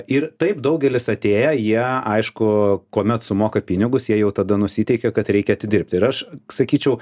ir taip daugelis atėję jie aišku kuomet sumoka pinigus jie jau tada nusiteikia kad reikia atidirbt ir aš sakyčiau